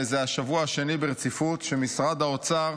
זה השבוע השני ברציפות שמשרד האוצר